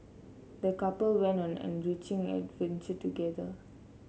the couple went on an enriching together